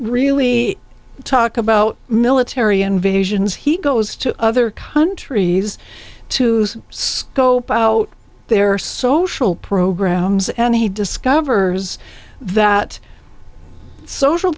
really talk about military invasions he goes to other countries to use scope out their social programs and he discovers that social